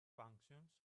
functions